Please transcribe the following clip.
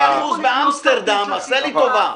15% באמסטרדם, עשה לי טובה.